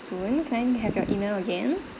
soon can I have your email again